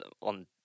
on